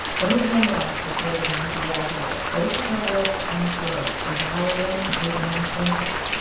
but his young wife persuaded him into the idea that it was no worse to own a slave than to hire one and pay the money to another.